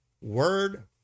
word